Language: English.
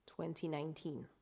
2019